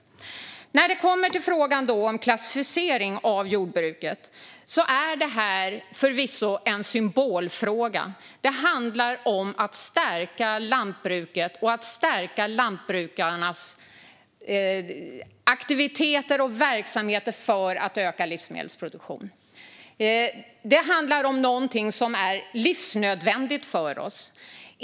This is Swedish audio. När det kommer till frågan om klassificering av jordbruket är detta förvisso en symbolfråga. Det handlar om att stärka lantbruket och att stärka lantbrukarnas aktiviteter och verksamheter för att öka livsmedelsproduktionen. Det handlar om någonting som är livsnödvändigt för oss.